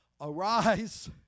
arise